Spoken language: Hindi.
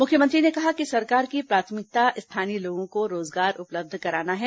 मुख्यमंत्री ने कहा कि सरकार की प्राथमिकता स्थानीय लोगों को रोजगार उपलब्ध कराना है